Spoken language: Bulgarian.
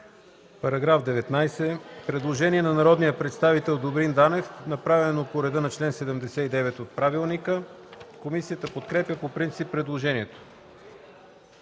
По чл. 47 – предложение на народния представител Добрин Данев, направено по реда на чл. 79 от Правилника. Комисията подкрепя предложението.